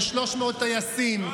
או 300 טייסים,